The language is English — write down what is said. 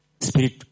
spirit